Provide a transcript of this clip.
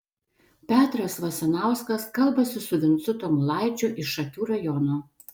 petras vasinauskas kalbasi su vincu tamulaičiu iš šakių rajono